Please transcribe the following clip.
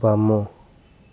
ବାମ